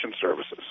Services